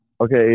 Okay